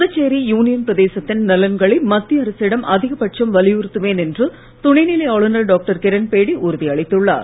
Puducherry union பிரதேசத்தின் நலன்களை மத்திய அரசிடம் அதிகபட்சம் வலியுறுத்துவேன் என்று துணைநிலை ஆளுநர் டாக்டர் கிரண்பேடி உறுதியளித்துள்ளார்